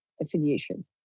affiliation